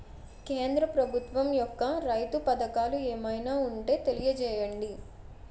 కేంద్ర ప్రభుత్వం యెక్క రైతు పథకాలు ఏమైనా ఉంటే తెలియజేయండి?